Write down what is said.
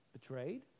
Betrayed